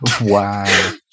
Wow